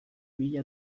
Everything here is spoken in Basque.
mila